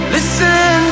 Listen